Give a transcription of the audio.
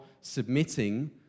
submitting